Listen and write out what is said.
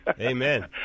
Amen